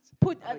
put